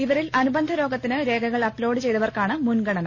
ഇവരിൽ അനുബന്ധ രോഗത്തിന് രേഖകൾ അപ്ലോഡ് ചെയ്തവർക്കാണ് മുൻഗണന